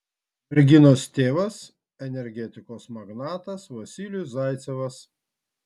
merginos tėvas energetikos magnatas vasilijus zaicevas